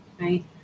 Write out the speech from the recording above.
right